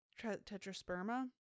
Tetrasperma